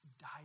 died